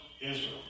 Israel